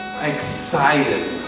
excited